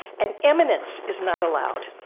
and eminence is not allowed.